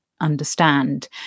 understand